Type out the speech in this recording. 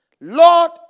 Lord